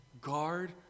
Guard